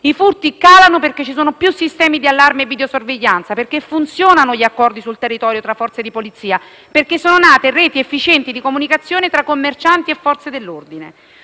I furti calano perché ci sono più sistemi di allarme e videosorveglianza, perché funzionano gli accordi sul territorio tra Forze di polizia, perché sono nate reti efficienti di comunicazione tra commercianti e Forze dell'ordine.